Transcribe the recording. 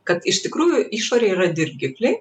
kad iš tikrųjų išorė yra dirgikliai